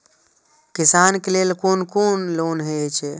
किसान के लेल कोन कोन लोन हे छे?